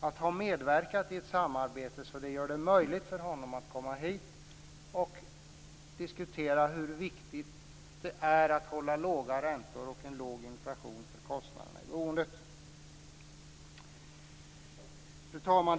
att ha medverkat i ett samarbete som gjort det möjligt för honom att komma hit och diskutera hur viktigt det är med låga räntor och låg inflation för kostnaderna i boendet. Fru talman!